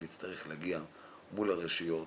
אם נצטרך להגיע מול הרשויות,